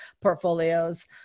portfolios